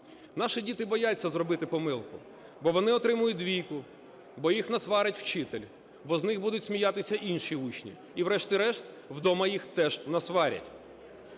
Наші діти бояться зробити помилку, бо вони отримають двійку, бо їх насварить вчитель, бо з них будуть сміятися інші учні і врешті-решт вдома їх теж насварять.